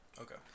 Okay